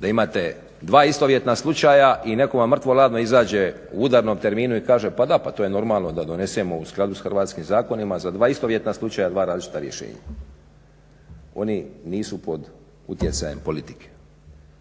da imate dva istovjetna slučaja i netko vam mrtvo hladno izađe u udarnom terminu i kaže pa da, pa to je normalno da donesemo u skladu s Hrvatskim zakonima za dva istovjetna slučaja dva različita rješenja. Oni nisu pod utjecajem politike.